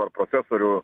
ar profesorių